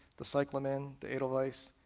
the cyclamin, the edelweiss.